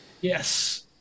yes